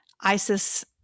Isis